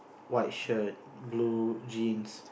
white shirt blue jeans